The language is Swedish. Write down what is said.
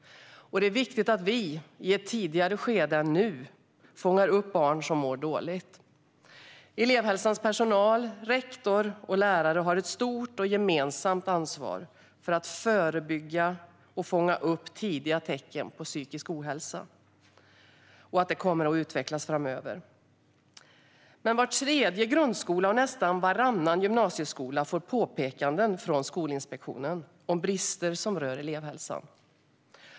Det är viktigt att i ett tidigare skede än nu fånga upp barn som mår dåligt. Elevhälsans personal, rektor och lärare har ett stort och gemensamt ansvar för att fånga upp tidiga tecken på psykisk ohälsa och förebygga att den kommer att utvecklas framöver. Men var tredje grundskola och nästan varannan gymnasieskola får påpekanden från Skolinspektionen om brister som rör elevhälsan.